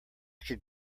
could